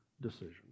decision